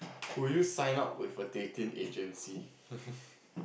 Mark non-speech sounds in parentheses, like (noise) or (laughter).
will you sign up with a dating agency (laughs)